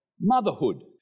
motherhood